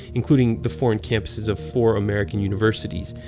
including the foreign campuses of four american universities,